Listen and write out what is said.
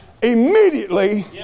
Immediately